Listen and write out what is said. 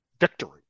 victory